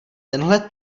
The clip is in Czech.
tenhle